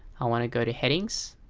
i want to go to headings.